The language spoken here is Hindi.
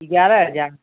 ग्यारह हज़ार